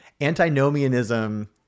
antinomianism